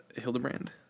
Hildebrand